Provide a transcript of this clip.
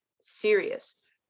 serious